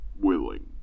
willing